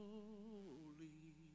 Holy